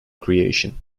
creation